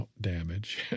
damage